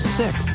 sick